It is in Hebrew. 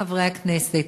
חברותי וחברי חברי הכנסת,